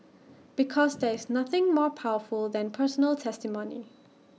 because there is nothing more powerful than personal testimony